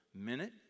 minute